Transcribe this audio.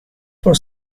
for